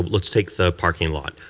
let's take the parking lot.